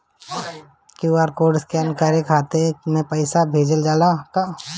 QR code scan करके खाता में पैसा भेजल जाला का?